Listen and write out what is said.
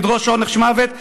לדרוש עונש מוות,